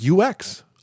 UX